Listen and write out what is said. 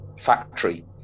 factory